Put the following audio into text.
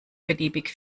beliebig